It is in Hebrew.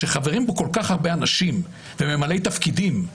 וחברים בו כל כך הרבה אנשים ובעלי תפקידים,